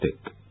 stick